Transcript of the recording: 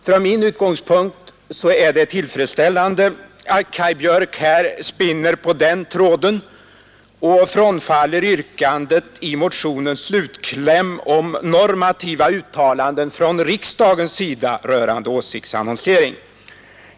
Från min utgångspunkt är det tillfredsställande att Kaj Björk spinner på den tråden och frånfaller yrkandet i motionens slutkläm om normativa uttalanden från riksdagens sida rörande åsiktsannonsering.